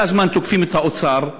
כל הזמן תוקפים את האוצר,